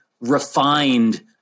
refined